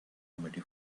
remedy